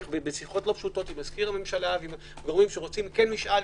עם מזכיר הממשלה ועם גורמים שרוצים כן משאל.